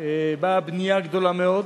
באה בנייה גדולה מאוד.